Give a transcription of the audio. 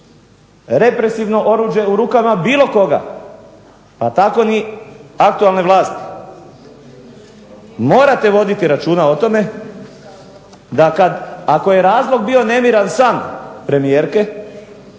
represivno oružje u rukama bilo koga pa tako ni aktualne vlasti. Morate voditi računa o tome da kad ako je razlog bio nemiran san premijerke